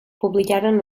publicaren